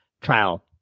trial